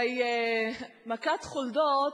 הרי מכת חולדות